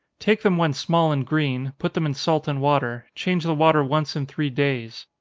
take them when small and green put them in salt and water change the water once in three days.